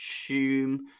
assume